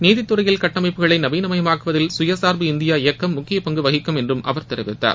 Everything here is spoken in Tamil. நீதித்துறையில் கட்டமைப்புகளை நவீன மயமாக்குவதில் சுயசாா்பு இந்தியா இயக்கம் முக்கிய பங்கு வகிக்கும் என்றும் அவர் கூறினார்